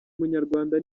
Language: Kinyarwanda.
munyarwanda